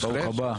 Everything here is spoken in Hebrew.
ברוך הבא.